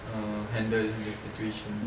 uh handle the situation